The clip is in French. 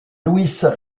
luis